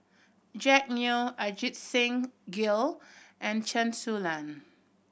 Jack Neo Ajit Singh Gill and Chen Su Lan